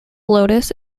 lotus